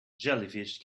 jellyfish